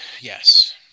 Yes